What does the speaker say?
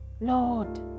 Lord